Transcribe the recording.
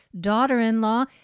daughter-in-law